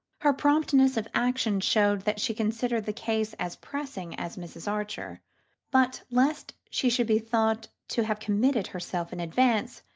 her promptness of action showed that she considered the case as pressing as mrs. archer but, lest she should be thought to have committed herself in advance,